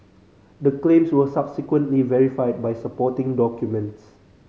the claims were subsequently verified by supporting documents